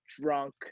drunk